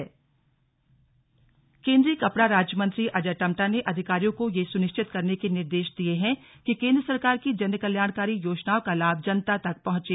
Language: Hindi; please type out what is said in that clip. स्लग अजय टम्टा बैठक केंद्रीय कपड़ा राज्य मंत्री अजय टम्टा ने अधिकारियों को ये सुनिश्चित करने के निर्देश दिये हैं कि केंद्र सरकार की जनकल्याणकारी योजनाओं का लाभ जनता तक पहुंचे